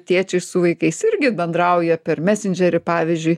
tėčiai su vaikais irgi bendrauja per mesendžerį pavyžiui